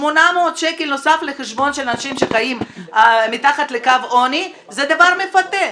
800 שקל נוספים לחשבון של אנשים שחיים מתחת לקו העוני זה דבר מפתה,